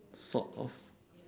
sort of